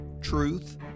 truth